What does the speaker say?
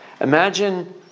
Imagine